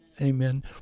Amen